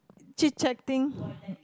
chit chatting